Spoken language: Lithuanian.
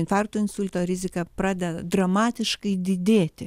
infarkto insulto rizika pradeda dramatiškai didėti